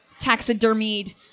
taxidermied